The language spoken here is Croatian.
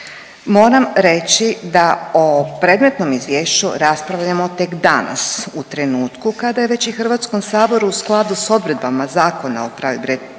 Moram reći da o predmetnom izvješću raspravljamo već danas u trenutku kada je već i Hrvatskom saboru u skladu s odredbama Zakona o pravobranitelju